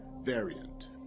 variant